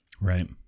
Right